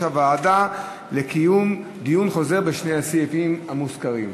הוועדה לקיום דיון חוזר בשני הסעיפים המוזכרים.